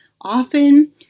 often